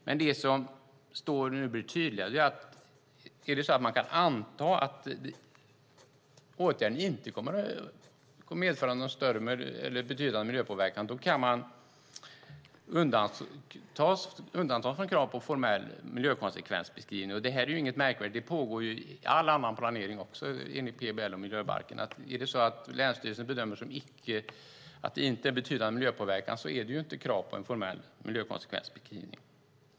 Men nu blir det tydligare att om det kan antas att åtgärden inte kommer att medföra någon betydande miljöpåverkan kan man undantas från krav på formell miljökonsekvensbeskrivning. Det här är inget märkvärdigt. Det pågår också i all annan planering enligt PBL och miljöbalken. Om länsstyrelsen bedömer det att det inte får en betydande miljöpåverkan finns det inget krav på en formell miljökonsekvensbeskrivning.